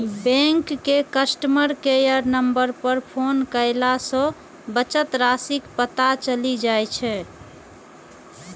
bank के customer care number पर phone कयला सं बचत राशिक पता चलि जाइ छै